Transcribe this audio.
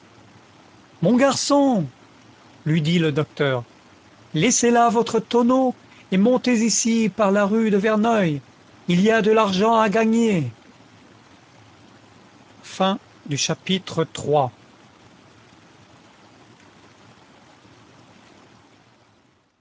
mon garçon lui dit le docteur laissez là votre tonneau et montez ici par la rue de verneuill ii y a de l'argent à gagner content from